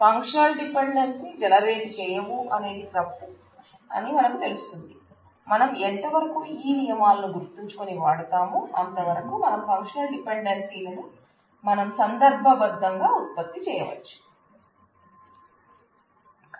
functional dependency generate చేయవు అనేది తప్పు అని మనకు తెలుస్తుంది మనం ఎంతవరకు ఈ నియమాలను గుర్తుంచుకొని వాడతామో అంతవరకు మనం ఫంక్షనల్ డిపెండెన్సీలను మనం సందర్భబద్దంగా ఉత్పత్తి చేయవచ్చు